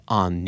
on